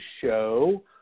show